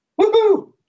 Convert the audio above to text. Woohoo